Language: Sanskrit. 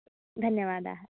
धन्यवादाः